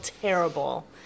terrible